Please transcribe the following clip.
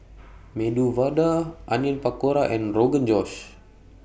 Medu Vada Onion Pakora and Rogan Josh